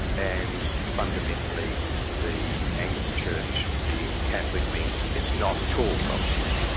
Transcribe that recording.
and fundamentally the anglican church being catholic means it's not at all protestant.